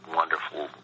wonderful